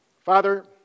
Father